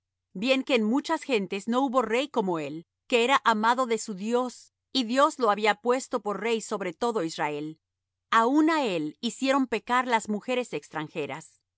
bien que en muchas gentes no hubo rey como él que era amado de su dios y dios lo había puesto por rey sobre todo israel aun á él hicieron pecar las mujeres extanjeras